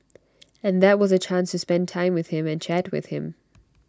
and that was A chance to spend time with him and chat with him